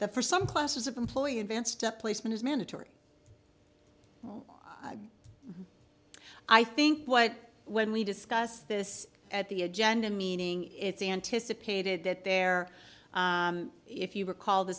the for some classes of employee advanced placement is mandatory i think what when we discuss this at the agenda meaning it's anticipated that they're if you recall the